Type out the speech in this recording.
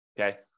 okay